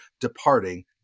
departing